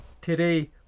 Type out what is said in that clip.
Today